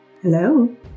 hello